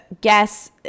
guess